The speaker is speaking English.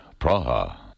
Praha